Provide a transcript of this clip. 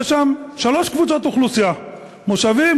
יש שם שלוש קבוצות אוכלוסייה: מושבים,